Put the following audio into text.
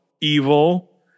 Evil